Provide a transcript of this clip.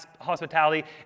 hospitality